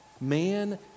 man